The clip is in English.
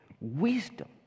Wisdom